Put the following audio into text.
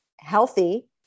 healthy